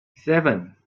seven